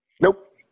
Nope